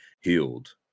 healed